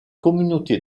communauté